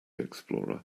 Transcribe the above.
explorer